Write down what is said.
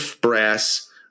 Brass